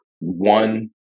one